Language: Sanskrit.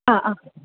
अ अ